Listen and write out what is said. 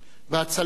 והצלקת,